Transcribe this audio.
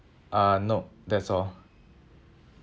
uh no that's all